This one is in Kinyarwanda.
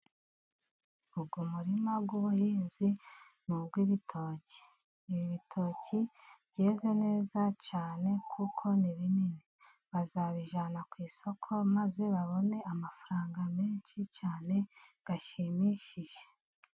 Uyu murima w'ubuhinzi ni uw'ibitoki. Ibi bitoki byeze neza cyane kuko ni binini. Bazabijyana ku isoko, maze babone amafaranga menshi cyane ashimishije.